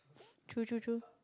true true true